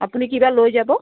আপুনি কিবা লৈ যাব